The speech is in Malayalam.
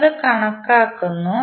നമ്മൾ അത് കണക്കാക്കുന്നു